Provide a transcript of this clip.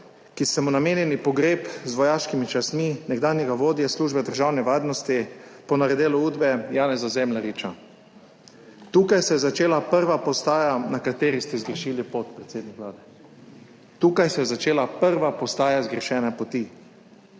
ki so mu namenili pogreb z vojaškimi častmi, nekdanjega vodje Službe državne varnosti, ponarodelo Udbe, Janeza Zemljariča. Tukaj se je začela prva postaja, na kateri ste zgrešili, podpredsednik Vlade. Tukaj se je začela prva postaja zgrešene poti.